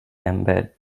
embed